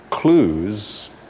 Clues